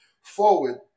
forward